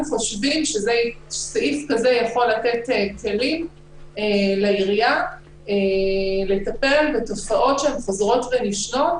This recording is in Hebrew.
סעיף כזה יכול לתת כלים לעירייה לטפל בתופעות שהן חוזרות ונשנות,